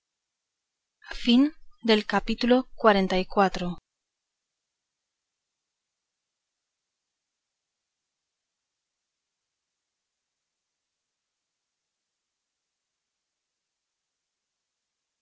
fin del capítulo veinte y